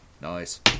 Nice